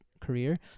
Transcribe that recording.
career